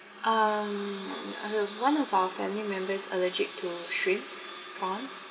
um I've one of our family member is allergic to shrimps prawn